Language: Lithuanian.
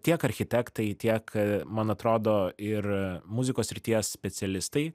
tiek architektai tiek man atrodo ir muzikos srities specialistai